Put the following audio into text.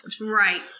Right